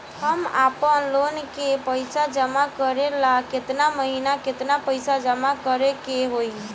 हम आपनलोन के पइसा जमा करेला केतना महीना केतना पइसा जमा करे के होई?